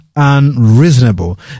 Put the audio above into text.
Unreasonable